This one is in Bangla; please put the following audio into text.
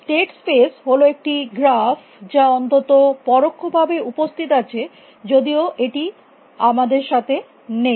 স্টেট স্পেস হল একটি গ্রাফ যা অন্তত পরোক্ষভাবে উপস্থিত আছে যদিও এটি আমাদের সাথে নেই